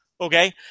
okay